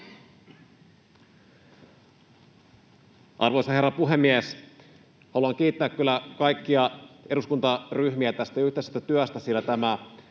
Arvoisa herra puhemies! Haluan kiittää kyllä kaikkia eduskuntaryhmiä tästä yhteisestä työstä,